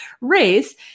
race